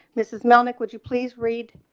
mrs melnick would you please read